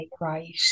right